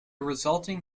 resulting